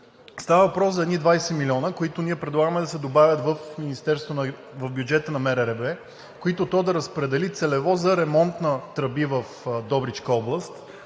Става въпрос за едни 20 милиона, които ние предлагаме да се добавят в бюджета на МРРБ, които то да разпредели целево за ремонт на тръби в Добричка област,